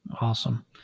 Awesome